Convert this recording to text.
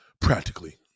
Practically